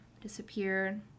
disappeared